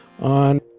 on